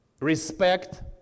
respect